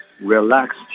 Relax